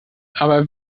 aber